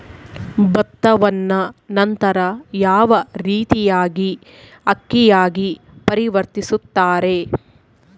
ಭತ್ತವನ್ನ ನಂತರ ಯಾವ ರೇತಿಯಾಗಿ ಅಕ್ಕಿಯಾಗಿ ಪರಿವರ್ತಿಸುತ್ತಾರೆ?